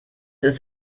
ist